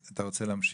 אתה רוצה להמשיך?